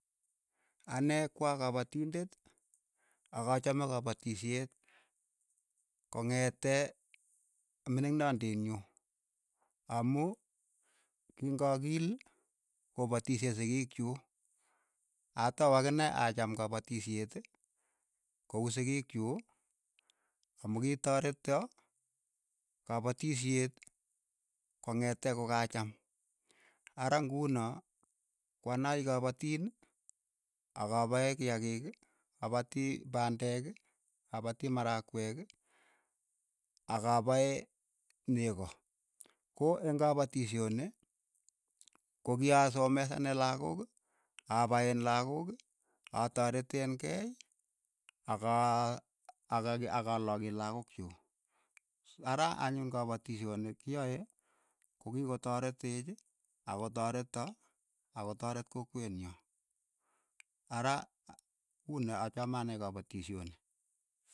Ane ko akapatindet ak achame kopotishet kong'ete mining ndoniit nyu amu kingakiil kopatishei sikiik chuk, atau akine achaam kapatisheet ko uu sikiik chu, amu kitoreto kapatisheet kong'ete kokacham, ara nguno ko ane aii kapatiin akapae kiakiik, apatii pandeek, apatii marakwek akapae neko, ko en' kapatishoni, ko kya somesanee lakok, apaeen lakok, atareteen kei. aka- aka lagee lakok chuk, ara anyun kapatishoni kiyae, ko ki ko toreteech ako toreto ako toret kokwet nyoo, ara uni achame anee kapatishonii.